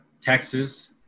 Texas